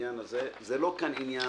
יש כאן עניין